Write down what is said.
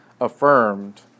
affirmed